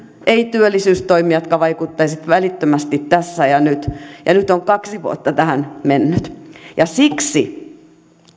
ei työllisyystoimia jotka vaikuttaisivat välittömästi tässä ja nyt nyt on kaksi vuotta tähän mennyt siksi